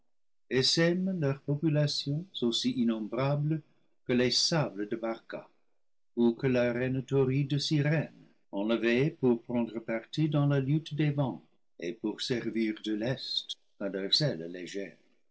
essaiment leurs populations aussi innombrables que les sables de barca ou que l'arène torride de cyrène enlevés pour prendre parti dans la lutte des vents et pour servir de lest à leurs ailes légères